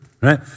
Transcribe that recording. right